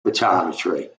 photometry